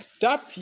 tap